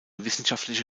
wissenschaftliche